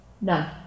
None